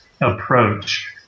approach